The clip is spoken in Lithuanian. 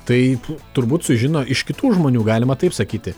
tai turbūt sužino iš kitų žmonių galima taip sakyti